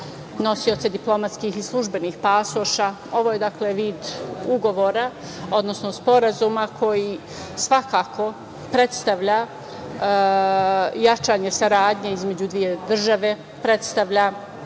nosioce diplomatskih i službenih pasoša ovo je vid ugovora, odnosno sporazuma koji svakako predstavlja jačanje saradnje između dve države, predstavlja